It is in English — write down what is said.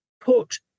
put